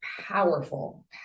powerful